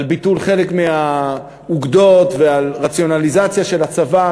ביטול חלק מהאוגדות ועל רציונליזציה של הצבא,